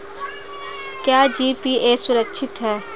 क्या जी.पी.ए सुरक्षित है?